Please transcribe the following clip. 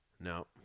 no